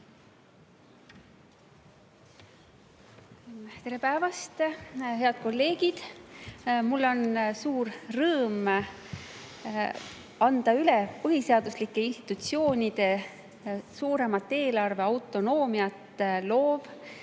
Tere päevast, head kolleegid! Mul on suur rõõm anda üle põhiseaduslike institutsioonide suuremat eelarveautonoomiat loov